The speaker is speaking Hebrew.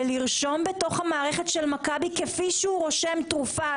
ולרשום בתוך המערכת של "מכבי" כפי שהוא רושם תרופה